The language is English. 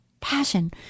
Passion